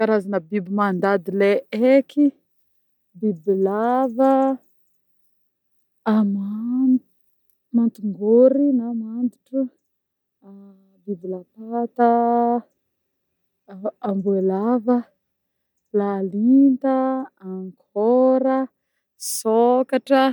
Karazagna biby mandady le eky: bibilava, ama-mantingôry na mandotro, a-biby lapata, a-amboalava, lalinta, ankora, sôkatra.